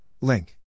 Link